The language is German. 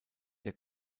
der